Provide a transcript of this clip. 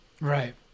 Right